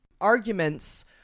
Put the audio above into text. arguments